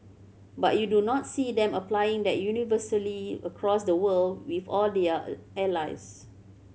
but you do not see them applying that universally across the world with all their a allies